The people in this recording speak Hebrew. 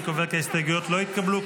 אני קובע כי ההסתייגויות לא התקבלו.